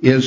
is